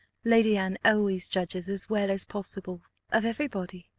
lady anne always judges as well as possible of every body.